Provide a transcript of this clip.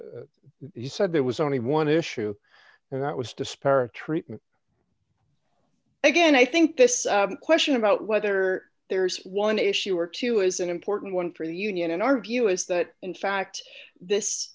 said there was only one issue and that was disparate treatment again i think this question about whether there's one issue or two is an important one for the union in our view is that in fact this